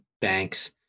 banks